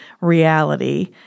reality